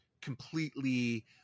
completely